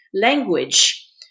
language